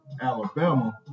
Alabama